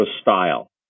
style